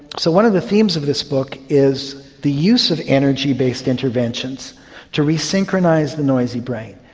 so one of the themes of this book is the use of energy based interventions to resynchronise the noisy brain.